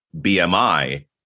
BMI